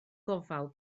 gofal